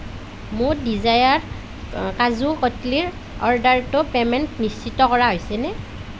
মোৰ ডিজায়াৰ কাজু কটলীৰ অৰ্ডাৰটোৰ পে'মেণ্টটো নিশ্চিত কৰা হৈছেনে